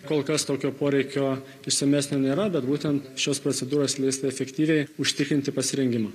kol kas tokio poreikio išsamesnio nėra bet būtent šios procedūros leis efektyviai užtikrinti pasirengimą